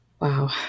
Wow